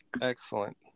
Excellent